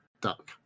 duck